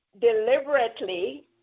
deliberately